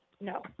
No